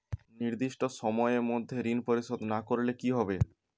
নির্দিষ্ট সময়ে মধ্যে ঋণ পরিশোধ না করলে কি হবে?